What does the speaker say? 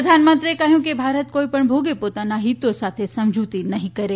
પ્રધાનમંત્રીએ કહ્યું કે ભારત કોઇ પણ ભોગે પોતાના હિતો સાથે સમજૂતી નહીં કરે